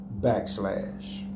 backslash